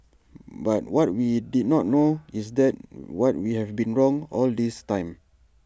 but what we did not know is that what we have been wrong all this time